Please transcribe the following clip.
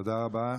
תודה רבה.